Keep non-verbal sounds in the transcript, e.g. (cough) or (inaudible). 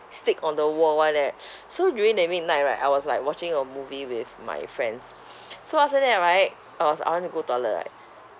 stick on the wall [one] eh (breath) so during that midnight right I was like watching a movie with my friends (noise) so after that right I was I want to go toilet right